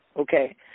Okay